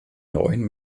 neuen